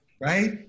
right